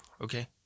Okay